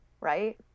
Right